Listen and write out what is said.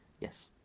Yes